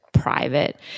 Private